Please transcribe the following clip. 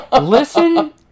Listen